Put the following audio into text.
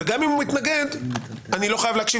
וגם אם הוא מתנגד אני לא חייב להקשיב